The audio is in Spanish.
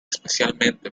especialmente